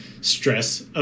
stress